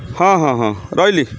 ହଁ ହଁ ହଁ ରହିଲି